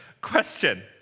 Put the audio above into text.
question